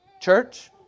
church